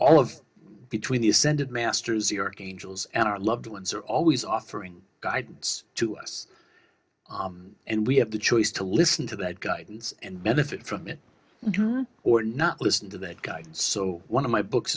all of between the ascended masters york angels and our loved ones are always offering guidance to us and we have the choice to listen to that guidance and benefit from it or not listen to that guide so one of my books